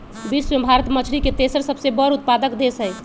विश्व में भारत मछरी के तेसर सबसे बड़ उत्पादक देश हई